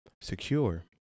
secure